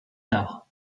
tard